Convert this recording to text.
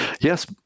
Yes